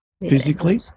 physically